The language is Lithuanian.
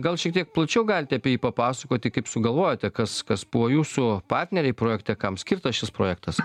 gal šiek tiek plačiau galite apie jį papasakoti kaip sugalvojote kas kas buvo jūsų partneriai projekte kam skirtas šis projektas